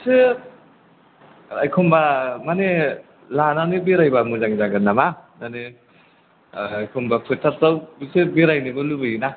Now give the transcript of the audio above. एसे एखमबा माने लानानै बेरायबा मोजां जागोन नामा माने एखमबा फोथारफ्राव एसे बेरायनोबो लुबैयोना